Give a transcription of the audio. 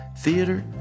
theater